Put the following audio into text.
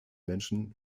menschen